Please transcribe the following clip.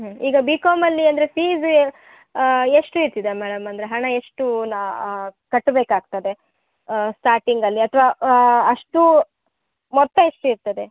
ಹ್ಞೂ ಈಗ ಬಿ ಕಾಮಲ್ಲಿ ಅಂದರೆ ಫೀಸ್ ಎಷ್ಟು ಇದೆ ಮೇಡಮ್ ಅಂದರೆ ಹಣ ಎಷ್ಟು ನಾ ಕಟ್ಬೇಕು ಆಗ್ತದೆ ಸ್ಟಾರ್ಟಿಂಗಲ್ಲಿ ಅಥವಾ ಅಷ್ಟು ಮೊತ್ತ ಎಷ್ಟು ಇರ್ತದೆ